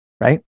right